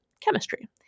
chemistry